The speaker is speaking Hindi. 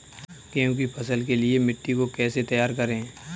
गेहूँ की फसल के लिए मिट्टी को कैसे तैयार करें?